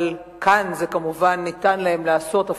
אבל כאן כמובן ניתן להם לעשות זאת,